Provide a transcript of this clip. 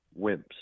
wimps